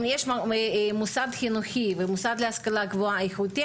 אם יש מוסד חינוכי ומוסד להשכלה גבוהה איכותיים,